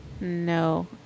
No